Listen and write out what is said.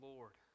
Lord